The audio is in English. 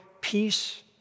peace